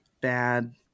bad